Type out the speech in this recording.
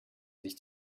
sich